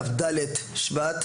כ"ד שבט,